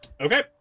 Okay